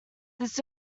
this